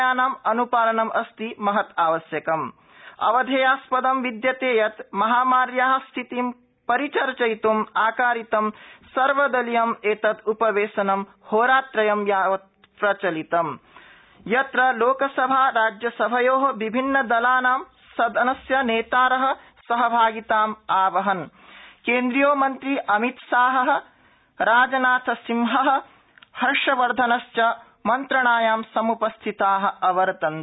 यानाम अन् ालनम अस्ति महदावश्यकम अवधेयास दं विद्यते यत महामार्याः स्थितिं रिचर्चयित्ं आकारितं सर्वदलीयम एतद् वेशनं होरात्रयं यावत प्रचलितम यत्र लोकसभा राज्यसभयोः विभिन्नदलानां सदनस्य नेतारः सहभागिताम आवहन केन्द्रीयोमन्द्री अमितशाहः राजनाथसिंहः हर्षवर्धनश्च मन्त्रणायां सम् स्थिताः अवर्तन्त